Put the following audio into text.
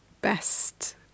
best